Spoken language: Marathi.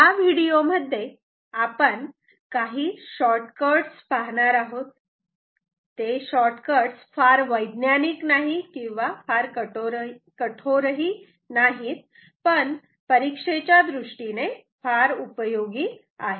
या व्हिडिओ मध्ये आपण काही शॉर्ट कट्स पाहणार आहोत ते शॉर्ट कट्स फार वैज्ञानिक नाही किंवा फार कठोरही नाहीत पण परीक्षेच्या दृष्टीने उपयोगी आहेत